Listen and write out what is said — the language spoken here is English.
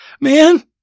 Man